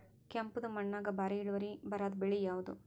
ಕೆಂಪುದ ಮಣ್ಣಾಗ ಭಾರಿ ಇಳುವರಿ ಬರಾದ ಬೆಳಿ ಯಾವುದು?